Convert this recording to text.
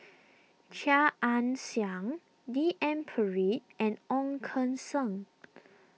Chia Ann Siang D N Pritt and Ong Keng Sen